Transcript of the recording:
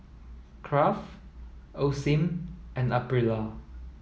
Kraft Osim and Aprilia